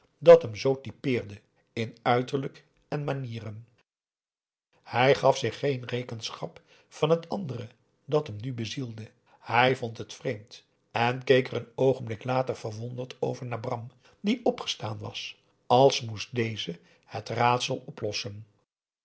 dat hem zoo typeerde in uiterlijk en manieren hij gaf zich geen rekenschap van het andere dat hem nu bezielde hij vond het vreemd en keek er een oogenblik later verwonderd over naar bram die opgestaan was als moest deze het raadsel oplossen